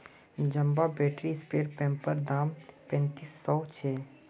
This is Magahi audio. जंबो बैटरी स्प्रे पंपैर दाम पैंतीस सौ छे